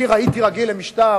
אני הייתי רגיל למשטר